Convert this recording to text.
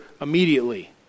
immediately